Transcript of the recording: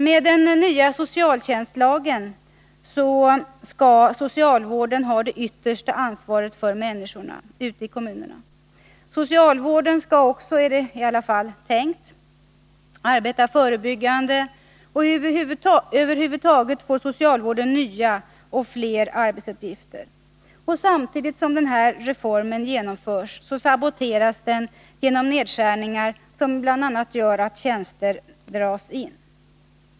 Med den nya socialtjänstlagen skall socialvården ha det yttersta ansvaret för människorna ute i kommunerna. Socialvården skall också, är det i alla fall tänkt, arbeta förebyggande. Över huvud taget får socialvården nya och fler arbetsuppgifter. Samtidigt som den här reformen genomförs, saboteras den genom nedskärningar som bl.a. gör att tjänster dras in.